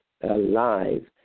alive